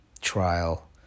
trial